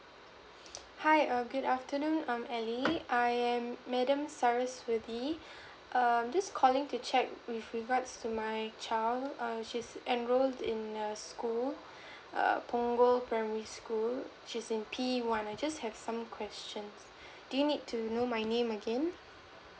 hi err good afternoon um ally I am madam saraswathy um just calling to check with regard to my child err she's enrolled in a school err punggol primary school she's in P one I just have some questions do you need to know my name again